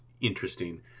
interesting